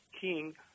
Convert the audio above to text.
King